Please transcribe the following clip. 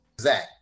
Zach